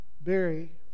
Barry